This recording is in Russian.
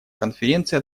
конференции